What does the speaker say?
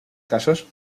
casos